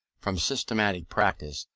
from systematic practice,